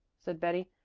said betty.